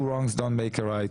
two wrongs don't make a right,